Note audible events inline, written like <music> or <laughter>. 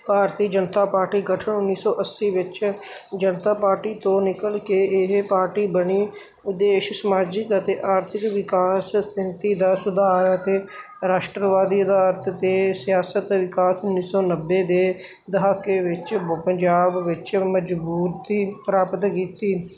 ਭਾਰਤੀ Janata Party ਗਠਨ ਉੱਨੀ ਸੌ ਅੱਸੀ ਵਿੱਚ ਜਨਤਾ ਪਾਰਟੀ ਤੋਂ ਨਿਕਲ ਕੇ ਇਹ ਪਾਰਟੀ ਬਣੀ ਉਦੇਸ਼ ਸਮਾਜਿਕ ਅਤੇ ਆਰਥਿਕ ਵਿਕਾਸ <unintelligible> ਦਾ ਸੁਧਾਰ ਅਤੇ ਰਾਸ਼ਟਰਵਾਦੀ ਅਧਾਰ 'ਤੇ ਸਿਆਸਤ ਦੇ ਵਿਕਾਸ ਉੱਨੀ ਸੌ ਨੱਬੇ ਦੇ ਦਹਾਕੇ ਵਿੱਚ ਬ ਪੰਜਾਬ ਵਿੱਚ ਮਜ਼ਬੂਤੀ ਪ੍ਰਾਪਤ ਕੀਤੀ